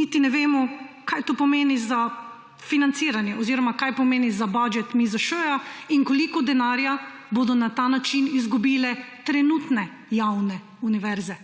niti ne vemo, kaj to pomeni za financiranje oziroma kaj pomeni za budžet MIZŠ in koliko denarja bodo na ta način izgubile trenutne javne univerze.